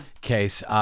case